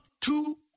two